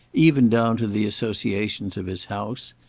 even down to the associations of his house?